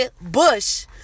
Bush